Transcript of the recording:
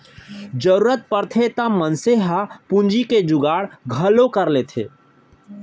जरूरत परथे त मनसे हर पूंजी के जुगाड़ घलौ कर लेथे